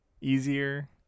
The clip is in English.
easier